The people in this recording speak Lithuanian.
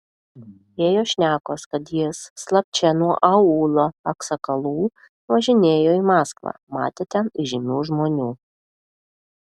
ėjo šnekos kad jis slapčia nuo aūlo aksakalų važinėjo į maskvą matė ten įžymių žmonių